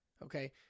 Okay